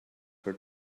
her